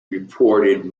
reported